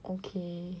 okay